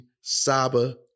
Saba